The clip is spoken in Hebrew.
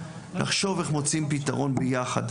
לחשוב איך מוצאים פתרון ביחד,